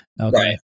okay